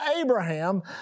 Abraham